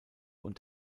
und